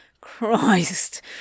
Christ